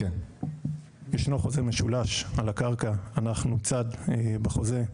ישנו חוזה משולש על הקרקע, אנחנו צד בחוזה.